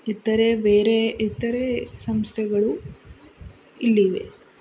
ಇತರೆ ಬೇರೆ ಇತರೆ ಸಂಸ್ಥೆಗಳು ಇಲ್ಲಿವೆ